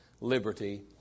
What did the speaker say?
liberty